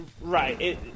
Right